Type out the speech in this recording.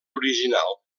original